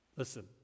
Listen